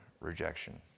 rejection